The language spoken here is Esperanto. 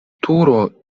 turo